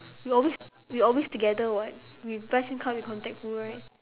we always we always together [what] we buy SIM card we contact who right